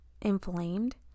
inflamed